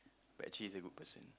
but actually is a good person